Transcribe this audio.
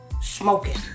smoking